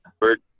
Bird